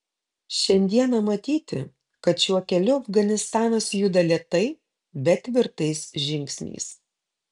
šiandieną matyti kad šiuo keliu afganistanas juda lėtai bet tvirtais žingsniais